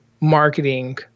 marketing